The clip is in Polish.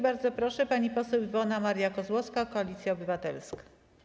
Bardzo proszę, pani poseł Iwona Maria Kozłowska, Koalicja Obywatelska.